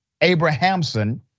Abrahamson